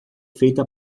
feita